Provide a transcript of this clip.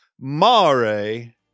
Mare